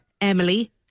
Emily